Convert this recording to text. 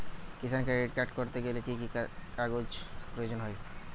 কিষান credit card করতে গেলে কি কি কাগজ প্রয়োজন হয়?